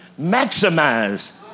maximize